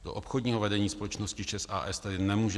Do obchodního vedení společnosti ČEZ a. s. tedy nemůže